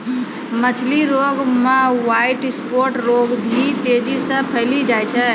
मछली रोग मे ह्वाइट स्फोट रोग भी तेजी से फैली जाय छै